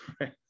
right